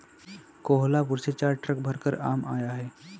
कोहलापुर से चार ट्रक भरकर आम आया है